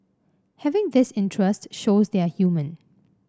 having this interest shows they are human